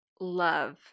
love